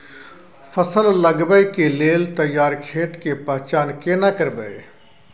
फसल लगबै के लेल तैयार खेत के पहचान केना करबै?